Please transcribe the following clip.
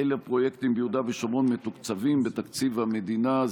3. אילו פרויקטים ביהודה ושומרון מתוקצבים בתקציב המדינה,